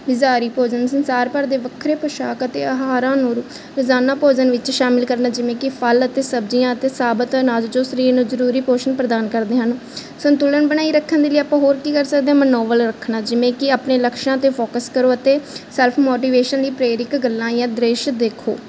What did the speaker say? ਬਜ਼ਾਰੀ ਭੋਜਨ ਸੰਸਾਰ ਭਰ ਦੇ ਵੱਖਰੇ ਪੁਸ਼ਾਕ ਅਤੇ ਆਹਾਰਾਂ ਨੂੰ ਰੋਜ਼ਾਨਾ ਭੋਜਨ ਵਿੱਚ ਸ਼ਾਮਿਲ ਕਰਨਾ ਜਿਵੇਂ ਕਿ ਫਲ ਅਤੇ ਸਬਜ਼ੀਆਂ ਅਤੇ ਸਾਬਤ ਅਨਾਜ ਜੋ ਸਰੀਰ ਨੂੰ ਜ਼ਰੂਰੀ ਪੋਸ਼ਨ ਪ੍ਰਦਾਨ ਕਰਦੇ ਹਨ ਸੰਤੁਲਨ ਬਣਾਈ ਰੱਖਣ ਦੇ ਲਈ ਆਪਾਂ ਹੋਰ ਕੀ ਕਰ ਸਕਦੇ ਮਨੋਬਲ ਰੱਖਣਾ ਜਿਵੇਂ ਕਿ ਆਪਣੇ ਲਕਸ਼ਾਂ 'ਤੇ ਫੋਕਸ ਕਰੋ ਅਤੇ ਸੈਲਫ ਮੋਟੀਵੇਸ਼ਨ ਲਈ ਪ੍ਰੇਰਿਕ ਗੱਲਾਂ ਜਾਂ ਦ੍ਰਿਸ਼ ਦੇਖੋ